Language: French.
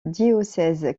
diocèse